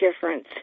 difference